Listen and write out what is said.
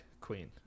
queen